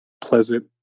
pleasant